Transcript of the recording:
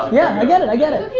yeah i get it, i get it.